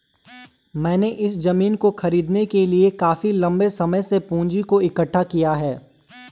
मैंने इस जमीन को खरीदने के लिए काफी लंबे समय से पूंजी को इकठ्ठा किया है